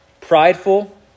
Prideful